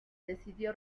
decidió